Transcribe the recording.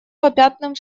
попятным